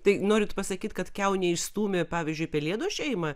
tai norite pasakyti kad kiaunė išstūmė pavyzdžiui pelėdos šeimą